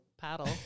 paddle